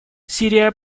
сирия